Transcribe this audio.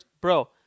Bro